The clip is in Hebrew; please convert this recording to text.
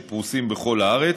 שפרוסים בכל הארץ.